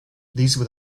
these